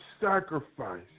sacrifice